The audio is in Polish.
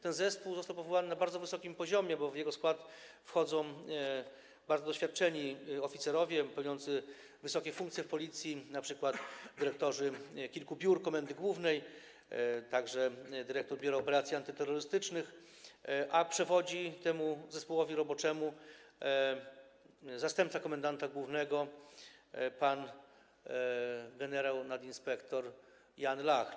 Ten zespół został powołany na bardzo wysokim poziomie, bo w jego skład wchodzą bardzo doświadczeni oficerowie pełniący wysokie funkcje w Policji, np. dyrektorzy kilku biur komendy głównej, także dyrektor Biura Operacji Antyterrorystycznych, a przewodzi temu zespołowi roboczemu zastępca komendanta głównego pan gen. nadinsp. Jan Lach.